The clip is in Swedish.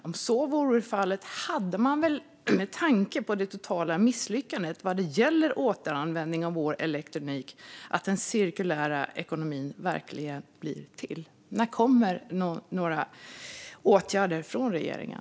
Om så vore fallet hade man väl, med tanke på det totala misslyckandet vad gäller återanvändning av vår elektronik, sett till att den cirkulära ekonomin verkligen blivit till? När kommer det åtgärder från regeringen?